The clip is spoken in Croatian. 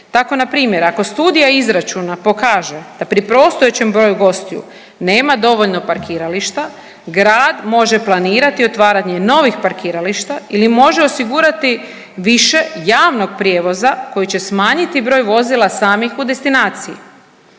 Tako npr. ako studija izračuna pokaže da pri postojećem broju gostiju nema dovoljno parkirališta, grad može planirati otvaranje novih parkirališta ili može osigurati više javnog prijevoza koji će smanjiti broj vozila samih u destinaciji.